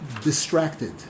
distracted